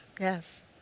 yes